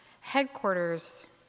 headquarters